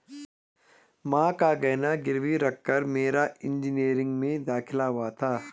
मां का गहना गिरवी रखकर मेरा इंजीनियरिंग में दाखिला हुआ था